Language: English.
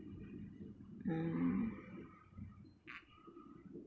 mm